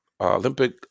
Olympic